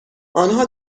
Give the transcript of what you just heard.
آنها